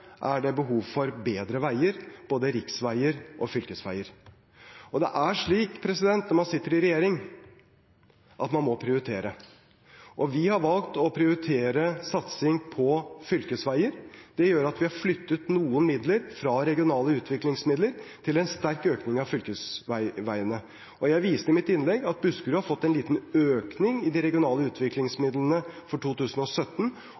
er det behov for bedre veier, både riksveier og fylkesveier. Når man sitter i regjering, må man prioritere. Vi har valgt å prioritere satsing på fylkesveier. Det gjør at vi har flyttet noen midler fra regionale utviklingsmidler til en sterk økning til fylkesveiene. Jeg viste i mitt innlegg at Buskerud har fått en liten økning i de regionale utviklingsmidlene for 2017